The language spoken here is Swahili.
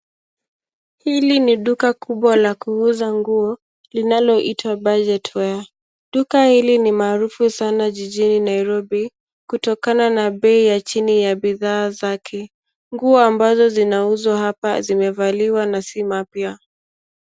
Hili ni duka kubwa la kuuza nguo linaloitwa burget wear. Duka hili ni maarufu sana jijini Nairobi kutokana na bei ya chini ya bidhaa zake. Nguo ambazo zinauzwa hapa zimevaliwa na si mapya.